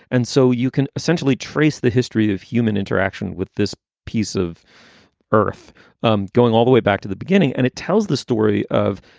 and so you can essentially trace the history of human interaction with this piece of earth um going all the way back to the beginning. and it tells the story of,